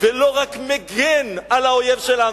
ולא רק מגן על האויב שלנו,